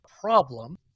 problem